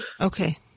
Okay